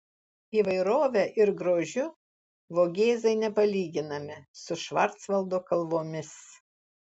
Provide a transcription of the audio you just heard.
įvairove ir grožiu vogėzai nepalyginami su švarcvaldo kalvomis